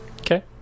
okay